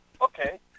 okay